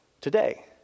today